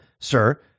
Sir